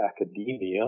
academia